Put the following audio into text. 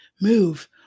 move